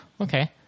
okay